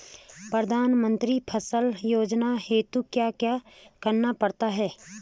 प्रधानमंत्री फसल योजना हेतु क्या क्या करना पड़ता है?